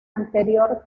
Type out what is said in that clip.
anterior